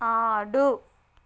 ఆడు